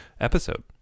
episode